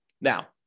Now